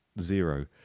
Zero